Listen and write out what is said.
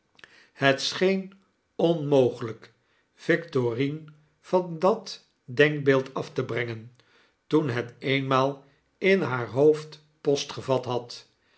het scheen onmogelijk victorine van dat denkbeeld af te brengen toen het eenmaal in haar hoofd post gevat had